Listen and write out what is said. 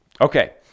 Okay